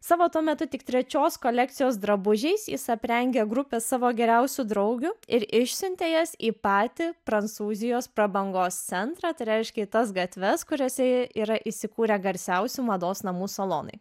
savo tuo metu tik trečios kolekcijos drabužiais ji aprengė grupę savo geriausių draugių ir išsiuntė jas į patį prancūzijos prabangos centrą tai reiškė į tas gatves kuriose yra įsikūrę garsiausi mados namų salonai